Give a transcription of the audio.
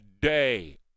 day